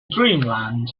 dreamland